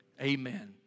Amen